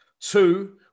two